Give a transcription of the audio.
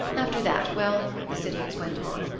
after that well, the sittings went on.